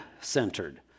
centered